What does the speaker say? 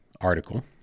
article